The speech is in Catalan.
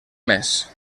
mes